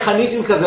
מכניזם כזה,